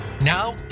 Now